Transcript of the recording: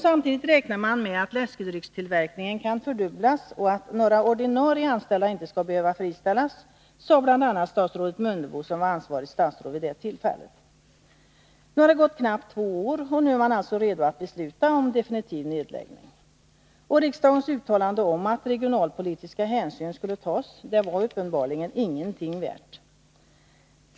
Samtidigt räknade man med att läskedryckstillverkningen skulle kunna fördubblas och att några ordinarie anställda inte skulle behöva friställas, vilket bl.a. sades av statsrådet Mundebo, som var ansvarigt statsråd vid det tillfället. Nu har det gått knappt två år, och man är alltså redo att besluta om definitiv nedläggning. Riksdagens uttalande om att regionalpolitiska hänsyn skulle tas var uppenbarligen ingenting värt.